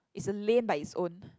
it's a lane by its own